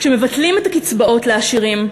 כשמבטלים את הקצבאות לעשירים,